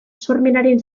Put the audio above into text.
sormenaren